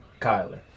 Kyler